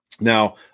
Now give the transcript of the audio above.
Now